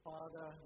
Father